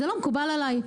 זה לא מקובל עליי.